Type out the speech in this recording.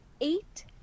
eight